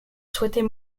souhaitait